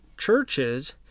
churches